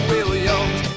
Williams